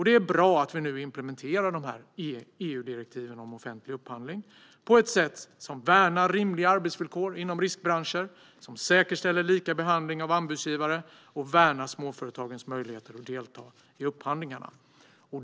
Det är bra att vi nu implementerar dessa EU-direktiv om offentlig upphandling på ett sätt som värnar rimliga arbetsvillkor inom riskbranscher, som säkerställer lika behandling av anbudsgivare och som värnar småföretagens möjligheter att delta i upphandlingarna.